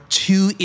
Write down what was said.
two